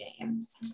games